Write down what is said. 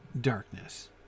darkness